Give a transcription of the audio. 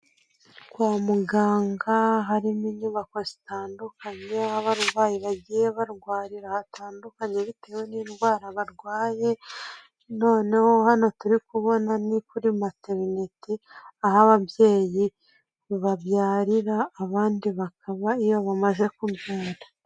Kwa muganga harimo inyubako zitandukanye ahi barurwayi bagiye barwarira hatandukanye bitewe n'indwara barwaye, noneho hano turi kubona ni kuri materineti aho ababyeyi babyarira abandi bakaba iyo bamaze kubyara.